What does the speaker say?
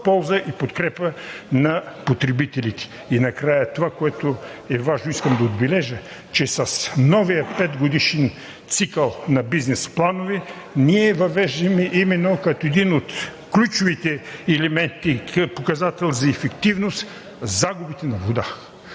полза и в подкрепа на потребителите. И накрая това, което е важно, искам да отбележа, че с новия 5-годишен цикъл на бизнес планове ние въвеждаме именно като един от ключовите елементи и показател за ефективност загубите на вода.